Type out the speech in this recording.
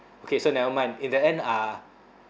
okay so never mind in the end uh